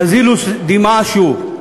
יזילו דמעה שוב,